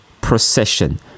Procession